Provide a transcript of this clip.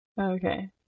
Okay